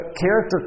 character